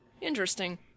Interesting